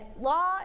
law